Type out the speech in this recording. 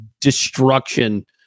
destruction